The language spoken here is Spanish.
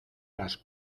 las